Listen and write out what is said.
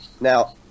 Now